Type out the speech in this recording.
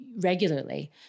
regularly